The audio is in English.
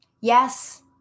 Yes